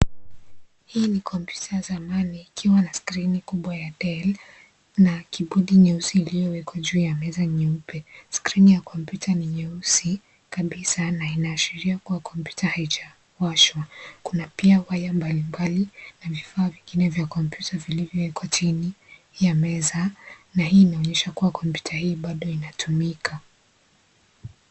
Hii ni kompyuta ya zamani, ikiwa na skrini kubwa ya Dell na kibodi nyeusi iliyowekwa juu ya meza nyeupe. Skrini ya kompyuta ni nyeusi, kabisa na inaashiria kuwa kompyuta haijawashwa. Kuna pia waya mbalimbali na vifaa vingine vya kompyuta vilivyowekwa chini ya meza na hii inaonyesha kuwa kompyuta hii bado inatumika.